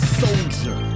soldier